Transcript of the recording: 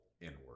inward